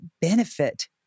benefit